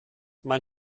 mein